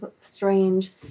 strange